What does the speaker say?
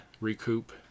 recoup